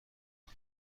این